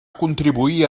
contribuir